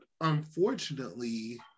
unfortunately